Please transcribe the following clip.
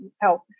help